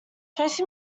tracy